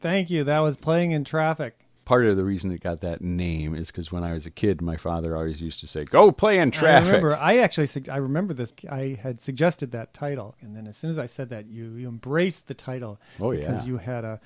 thank you that was playing in traffic part of the reason he got that name is because when i was a kid my father always used to say go play in traffic or i actually sick i remember this i had suggested that title and as soon as i said that you brace the title oh yes you had